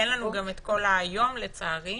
אין לנו את כל היום לצערי,